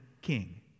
king